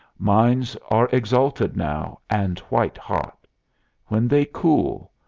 minds are exalted now, and white-hot. when they cool,